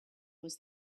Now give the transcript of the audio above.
was